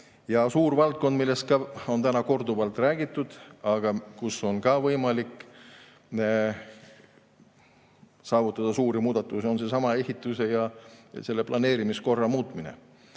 valdkond, millest on täna korduvalt räägitud, aga kus on ka võimalik saavutada suuri muudatusi, on ehitus ja planeerimiskorra muutmine.